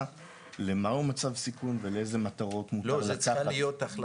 של מהו מצב סיכון ולאיזה מטרות מותר לקחת.